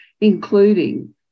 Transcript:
including